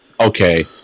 Okay